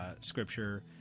scripture